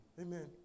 Amen